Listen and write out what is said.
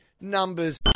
numbers